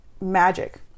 magic